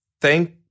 thank